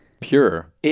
pure